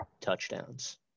touchdowns